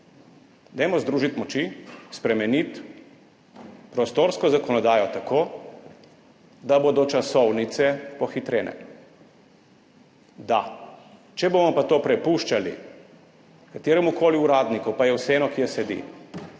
Dajmo združiti moči, spremeniti prostorsko zakonodajo tako, da bodo časovnice pohitrene. Če bomo pa to prepuščali kateremukoli uradniku, pa je vseeno, kje sedi,